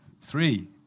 three